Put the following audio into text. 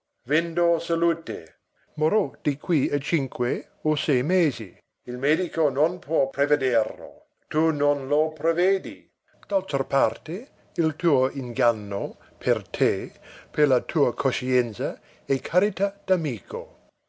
vendo salute morrò di qui a cinque o sei mesi il medico non può prevederlo tu non lo prevedi d'altra parte il tuo inganno per te per la tua coscienza è carità